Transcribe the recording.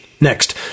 Next